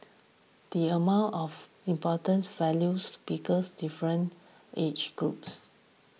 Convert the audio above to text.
the among of important values because difference age groups